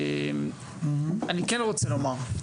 אני כן רוצה לומר,